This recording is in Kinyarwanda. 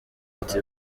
ati